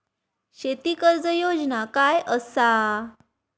शेती कर्ज योजना काय असा?